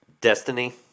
destiny